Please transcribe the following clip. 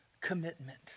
commitment